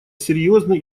серьезны